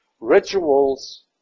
rituals